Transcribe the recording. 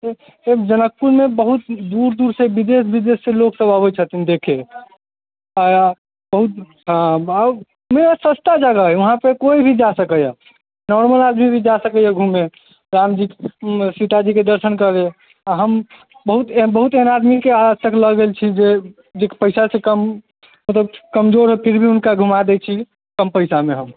हे जनकपुरमे बहुत दूर दूरसँ विदेश विदेशसँ लोकसभ अबै छथिन देखय बहुत सस्ता जगह हइ उहाँपर कोइ भी जा सकैए नॉर्मल आदमी भी जा सकैए घुमय रामजी सीताजीके दर्शन करय आ हम बहुत एहन बहुत एहन आदमीके आज तक लऽ गेल छी जे पैसा छै कम मतलब कमजोर हइ फिर भी हुनका घुमा दै छी कम पैसामे हम